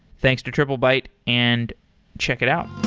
thanks to triplebyte, and check it out.